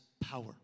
power